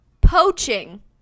Poaching